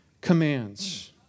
commands